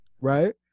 right